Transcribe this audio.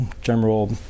General